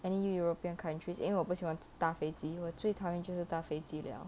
and then you european countries 因为我不喜欢打飞机我最讨厌就是打飞机了:yin Wei wo bu xi huan da fei ji wo zoo tao yan jiu shi da fed ji le